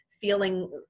feeling